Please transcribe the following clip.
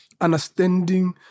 understanding